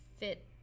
fit